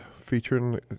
featuring